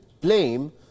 blame